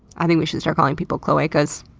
i think we should start calling people cloacas